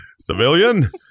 civilian